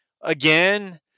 again